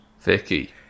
Vicky